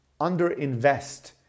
underinvest